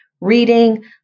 reading